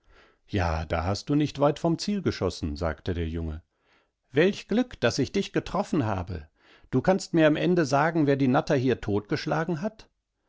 ja da hast du nichtweitvomzielgeschossen sagtederjunge welch glück daß ich dich getroffen habe du kannst mir am ende sagen wer die natter hier totgeschlagen hat